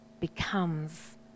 becomes